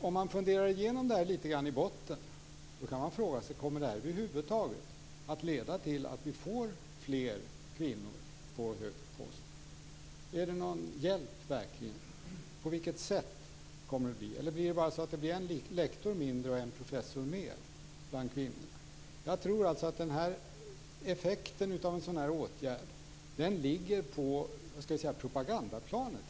Om man funderar igenom det här litet grundligt kan man fråga sig om det här över huvud taget kommer att leda till att vi får fler kvinnor på högre poster. Är det verkligen någon hjälp? På vilket sätt kommer det att bli till hjälp? Blir det bara en lektor mindre och en professor mer bland kvinnorna? Jag tror alltså att effekten av en sådan här åtgärd ligger på propagandaplanet.